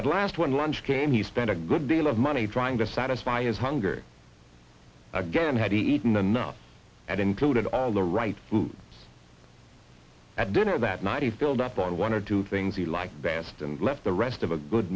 at last when lunch came he spent a good deal of money trying to satisfy his hunger again had eaten enough and included all the right food at dinner that night he filled up on one or two things you like best and left the rest of a good